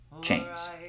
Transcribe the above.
James